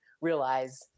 realize